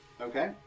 Okay